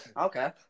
okay